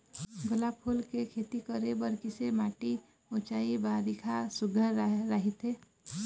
गुलाब फूल के खेती करे बर किसे माटी ऊंचाई बारिखा सुघ्घर राइथे?